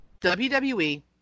WWE